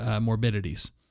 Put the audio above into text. morbidities